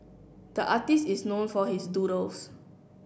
the artist is known for his doodles